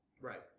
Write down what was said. Right